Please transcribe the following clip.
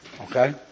okay